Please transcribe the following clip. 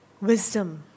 Wisdom